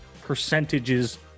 percentages